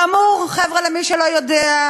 כאמור, חבר'ה, למי שלא יודע,